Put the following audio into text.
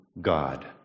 God